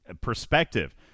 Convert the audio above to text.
perspective